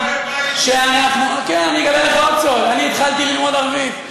אני אגלה לך עוד סוד: אני התחלתי ללמוד ערבית.